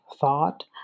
thought